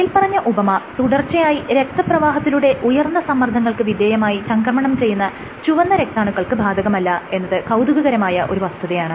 മേല്പറഞ്ഞ ഉപമ തുടർച്ചയായി രക്തപ്രവാഹത്തിലൂടെ ഉയർന്ന സമ്മർദ്ദങ്ങൾക്ക് വിധേയമായി ചംക്രമണം ചെയ്യുന്ന ചുവന്ന രക്താണുക്കൾക്ക് ബാധകമല്ല എന്നത് കൌതുകകരമായ ഒരു വസ്തുതയാണ്